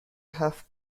هفت